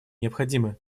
необходимы